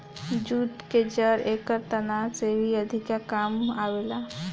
jute के जड़ एकर तना से भी अधिका काम आवेला